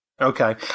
Okay